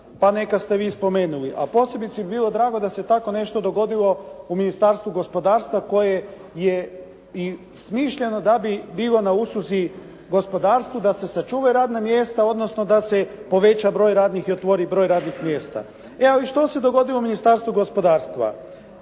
pa neka ste vi spomenuli a posebice bi mi bilo drago da se tako nešto dogodilo u Ministarstvu gospodarstva koje je i smišljeno da bi bilo na usluzi gospodarstvu da se sačuvaju radna mjesta odnosno da se poveća broj i otvori broj radnih mjesta. Ali što se dogodilo u Ministarstvu gospodarstva?